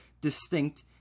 distinct